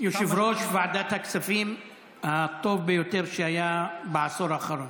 יושב-ראש ועדת הכספים הטוב ביותר שהיה בעשור האחרון.